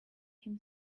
him